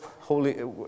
Holy